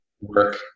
work